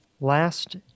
last